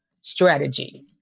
strategy